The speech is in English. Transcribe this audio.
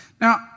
Now